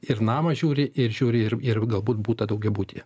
ir namą žiūri ir žiūri ir ir galbūt butą daugiabutyje